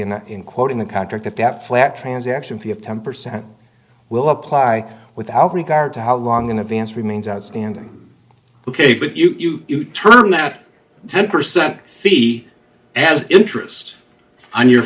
and in quoting the contract that that flat transaction fee of ten percent will apply without regard to how long in advance remains outstanding ok but you turn at ten percent fee as interest on your